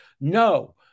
No